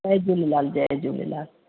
जय झूलेलाल जय झूलेलाल